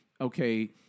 okay